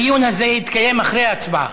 הדיון הזה יתקיים אחרי ההצבעה.